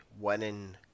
winning